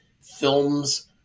films